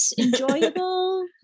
enjoyable